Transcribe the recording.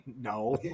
no